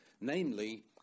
namely